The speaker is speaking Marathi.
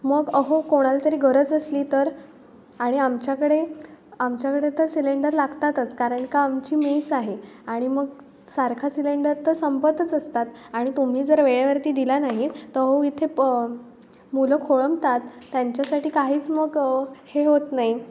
मग अहो कोणाला तरी गरज असली तर आणि आमच्याकडे आमच्याकडे तर सिलेंडर लागतातच कारण का आमची मेस आहे आणि मग सारखा सिलेंडर तर संपतच असतात आणि तुम्ही जर वेळेवरती दिला नाही तर हो इथे प मुलं खोळंबतात त्यांच्यासाठी काहीच मग हे होत नाही